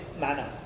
manner